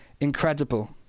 incredible